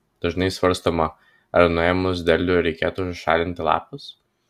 dažnai svarstoma ar nuėmus derlių reikėtų šalinti lapus